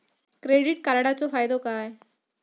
Credit कार्डाचो फायदो काय?